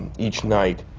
each night,